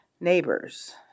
neighbors